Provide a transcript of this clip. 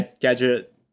Gadget